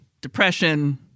depression